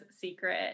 secret